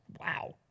wow